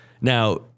Now